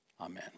Amen